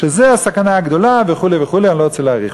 שזו הסכנה הגדולה וכו' וכו', ואני לא רוצה להאריך.